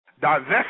divest